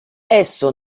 esso